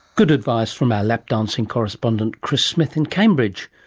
good advice from our lap dancing correspondent chris smith in cambridge.